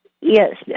Yes